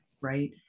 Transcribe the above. right